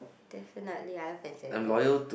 definitely I love hand sanitizer